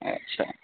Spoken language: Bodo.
आदसा